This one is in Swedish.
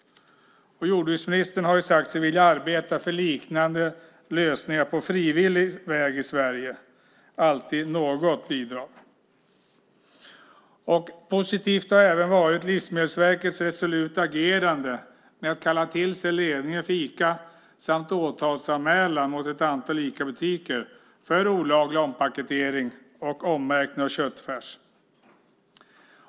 Jordbruksministern har ju sagt sig vilja arbeta för liknande lösningar på frivillig väg i Sverige - alltid något bidrag. Positivt har även Livsmedelsverkets resoluta agerande varit när de kallat till sig ledningen för Ica samt deras åtalsanmälan mot ett antal Icabutiker för olaglig ompaketering och ommärkning av köttfärs.